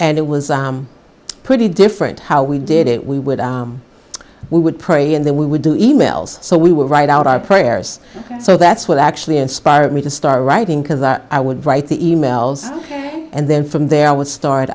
and it was pretty different how we did it we would we would pray and then we would do e mails so we would write out our prayers so that's what actually inspired me to start writing because i would write the emails ok and then from there i would start